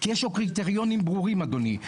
כי יש לו קריטריונים ברורים, אדוני.